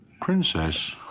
Princess